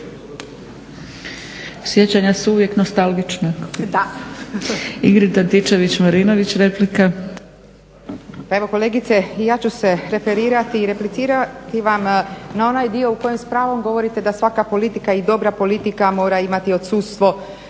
Sjećanja su uvijek nostalgična. Ingrid Antičević-Marinović, replika. **Antičević Marinović, Ingrid (SDP)** Pa evo kolegice i ja ću se referirati i replicirati vam na onaj dio u kojem s pravom govorite da svaka politika i dobra politika mora imati odsustvo